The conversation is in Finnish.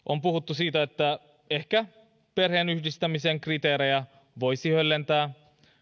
siitä että ehkä perheenyhdistämisen kriteerejä voisi höllentää on kuultu